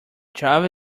java